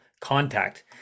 contact